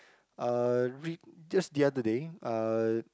uh re~ just the other day uh